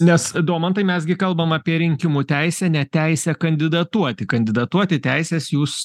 nes domantai mes gi kalbam apie rinkimų teisę ne teisę kandidatuoti kandidatuoti teisės jūs